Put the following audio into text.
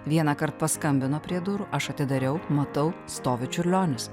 vienąkart paskambino prie durų aš atidariau matau stovi čiurlionis